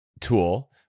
tool